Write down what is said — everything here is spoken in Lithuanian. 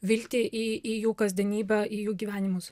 viltį į į jų kasdienybę į jų gyvenimus